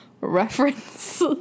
reference